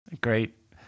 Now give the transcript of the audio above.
Great